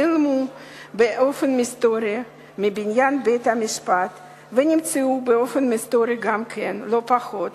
נעלמו באופן מסתורי מבניין בית-המשפט ונמצאו באופן מסתורי לא פחות